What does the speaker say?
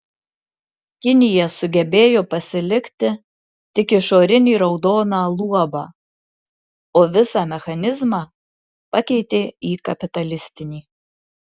kinija sugebėjo pasilikti tik išorinį raudoną luobą o visą mechanizmą pakeitė į kapitalistinį